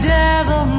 devil